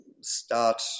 start